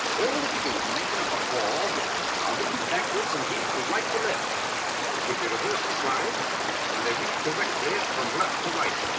all the figures of name number four are written backwards and read from right to left until we reverse the slide when they read correctly from left to right.